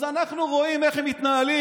אז אנחנו רואים איך הם מתנהלים.